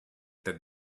that